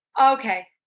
okay